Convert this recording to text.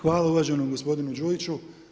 Hvala uvaženi gospodine Đujiću.